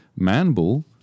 Manbull